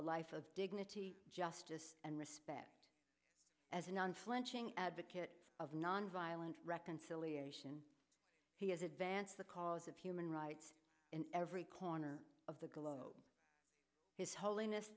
a life of dignity justice and respect as an unflinching advocate of nonviolent reconciliation he has advanced the cause of human rights in every corner of the globe his holiness